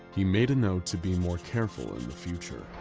he made a note to be more careful in future.